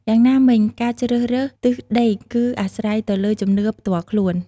យ៉ាងណាមិញ ការជ្រើសរើសទិសដេកគឺអាស្រ័យទៅលើជំនឿផ្ទាល់ខ្លួន។